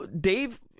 Dave